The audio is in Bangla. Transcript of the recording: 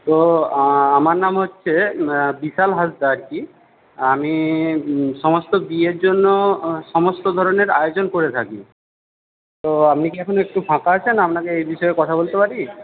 তো আমার নাম হচ্ছে বিশাল হাঁসদা আর কি আমি সমস্ত বিয়ের জন্য সমস্ত ধরনের আয়োজন করে থাকি তো আপনি কি এখন একটু ফাঁকা আছেন আপনাকে এই বিষয়ে কথা বলতে পারি